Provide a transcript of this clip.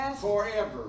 forever